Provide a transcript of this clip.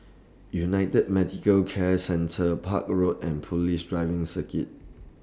United Medicare Centre Park Road and Police Driving Circuit